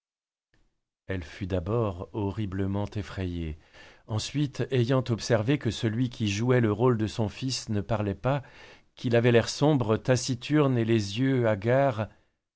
elle fut d'abord horriblement effrayée ensuite ayant observé que celui qui jouait le rôle de son fils ne parlait pas qu'il avait l'air sombre taciturne et les yeux hagards